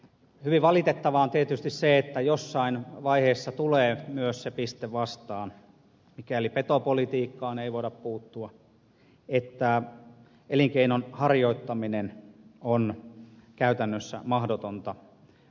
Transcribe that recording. hyvin valitettavaa on tietysti se että jossain vaiheessa tulee myös se piste vastaan mikäli petopolitiikkaan ei voida puuttua että elinkeinon harjoittaminen on käytännössä mahdotonta